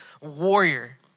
warrior